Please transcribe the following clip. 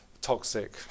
toxic